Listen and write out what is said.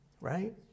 right